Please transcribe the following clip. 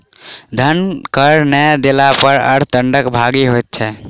धन कर नै देला पर अर्थ दंडक भागी होइत छै